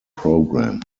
program